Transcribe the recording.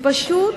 שפשוט